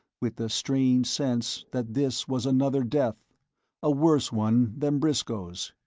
with the strange sense that this was another death a worse one than briscoe's.